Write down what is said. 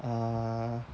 ah